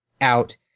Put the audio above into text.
out